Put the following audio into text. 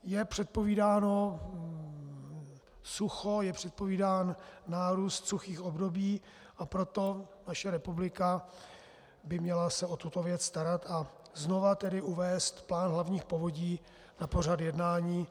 Je předpovídáno sucho, je předpovídán nárůst suchých období, a proto by se naše republika měla o tuto věc starat a znova uvést Plán hlavních povodí na pořad jednání.